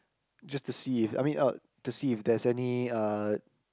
just to see if I mean uh to see if there is any uh